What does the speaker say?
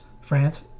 France